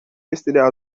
yesterday